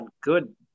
good